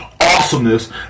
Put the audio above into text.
awesomeness